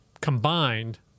combined